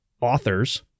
authors